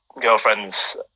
girlfriend's